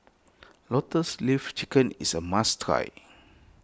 Lotus Leaf Chicken is a must try